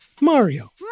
Mario